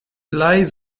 lies